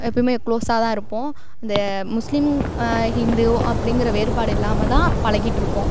எப்பவுமே க்ளோஸாக தான் இருப்போம் இந்த முஸ்லீம் ஹிந்து அப்படிங்கிற வேறுபாடு இல்லாமல் தான் பழகிட்ருப்போம்